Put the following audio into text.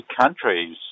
countries